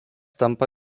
tampa